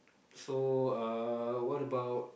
so uh what about